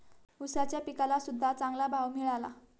ऊसाच्या पिकाला सद्ध्या चांगला भाव मिळाला